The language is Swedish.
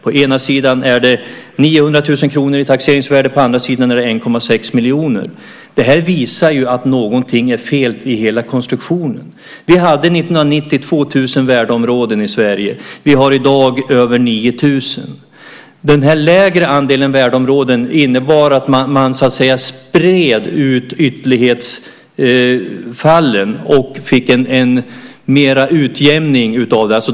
På ena sidan är det 900 000 kr i taxeringsvärde, på andra sidan är det 1 600 000 kr. Det visar att någonting är fel i hela konstruktionen. Vi hade 2 000 värdeområden i Sverige år 1990. Vi har i dag över 9 000. Den lägre andelen värdeområden innebar att man spred ut ytterlighetsfallen och fick mer utjämning.